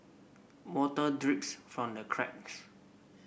water drips from the cracks